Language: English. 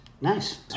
Nice